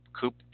coop